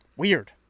weird